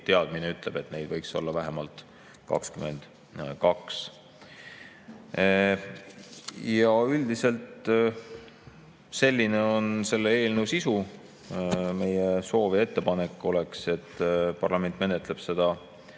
eelteadmine ütleb, et neid võiks olla vähemalt 22. Üldiselt selline on selle eelnõu sisu. Meie soov ja ettepanek on, et parlament menetleb seda